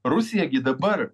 rusija dabar